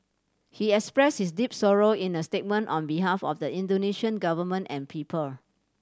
he expressed his deep sorrow in a statement on behalf of the Indonesian Government and people